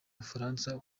bufaransa